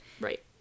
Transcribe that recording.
Right